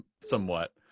somewhat